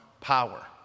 power